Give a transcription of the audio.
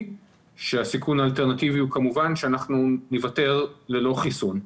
כאשר הסיכון האלטרנטיבי הוא כמובן שאנחנו ניוותר ללא חיסון.